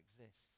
exists